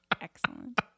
Excellent